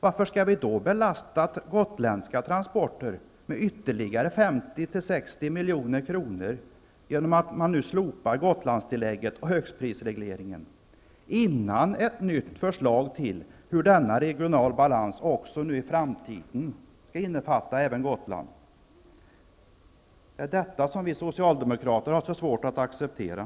Varför skall vi då belasta gotländska transporter med ytterligare 50--60 milj.kr. genom att nu slopa gotlandstillägget och högstprisregleringen innan ett nytt förslag till hur denna regionala balans också i framtiden skall innefatta även Gotland har lagts fram? Det är detta som vi socialdemokrater har så svårt att acceptera.